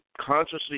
consciously